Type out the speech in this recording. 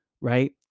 right